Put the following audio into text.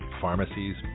pharmacies